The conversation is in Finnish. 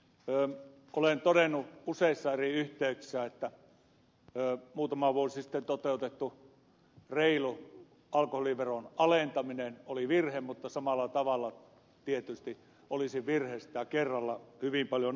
olen todennut useissa eri yhteyksissä että muutama vuosi sitten toteutettu reilu alkoholiveron alentaminen oli virhe mutta samalla tavalla tietysti olisi virhe sitä kerralla hyvin paljon nostaa